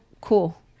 cool